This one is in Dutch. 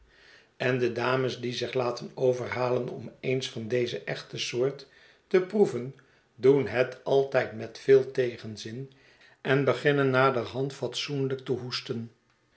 en de dames die zich laten overhalen om eens van deze echte soort te proeven doen het altijd met veel tegenzin en beginnen naderhand zeer fatsoenlijk te hoesten